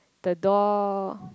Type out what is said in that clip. the door